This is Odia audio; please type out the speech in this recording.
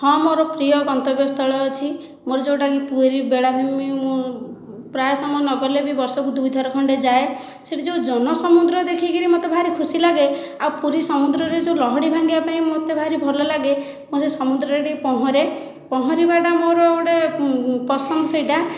ହଁ ମୋର ପ୍ରିୟ ଗନ୍ତବ୍ୟ ସ୍ଥଳ ଅଛି ମୋର ଯେଉଁଟାକି ପୁରୀ ବେଳାଭୂମି ମୁଁ ପ୍ରାୟ ସମୟ ନଗଲେ ବି ବର୍ଷକୁ ଦୁଇଥର ଖଣ୍ଡେ ଯାଏ ସେଠି ଯେଉଁ ଜନସମୁଦ୍ର ଦେଖିକରି ମୋତେ ଭାରି ଖୁସି ଲାଗେ ଆଉ ପୁରୀ ସମୁଦ୍ରରେ ଯେଉଁ ଲହଡ଼ି ଭାଙ୍ଗିବାପାଇଁ ମୋତେ ଭାରି ଭଲ ଲାଗେ ମୁଁ ସେ ସମୁଦ୍ରରେ ଟିକିଏ ପହଁରେ ପହଁରିବାଟା ମୋର ଗୋଟିଏ ପସନ୍ଦ ସେଇଟା